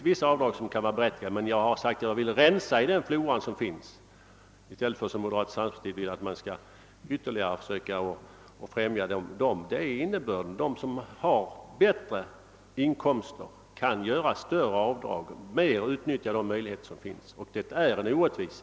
Vissa avdrag kan vara berättigade, men jag har sagt att jag vill rensa upp i den flora av avdrag som finns i stället för att främja den. Innebörden är att de som har bättre inkomster kan göra större avdrag med utnyttjande av de möjligheter som finns, och det innebär en orättvisa.